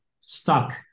stuck